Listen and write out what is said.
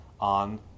on